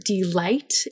delight